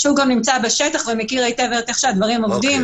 שהוא גם נמצא בשטח ומכיר היטב איך הדברים עובדים.